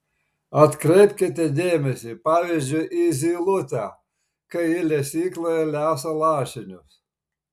atkreipkite dėmesį pavyzdžiui į zylutę kai ji lesykloje lesa lašinius